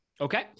Okay